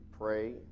pray